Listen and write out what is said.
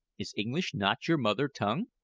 is english not your mother-tongue?